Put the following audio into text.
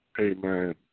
Amen